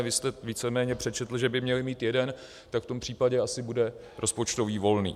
Vy jste víceméně přečetl, že by měla mít jeden, tak v tom případě asi bude rozpočtový volný.